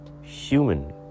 human